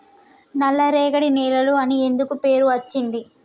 నల్లరేగడి నేలలు అని ఎందుకు పేరు అచ్చింది?